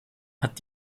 hat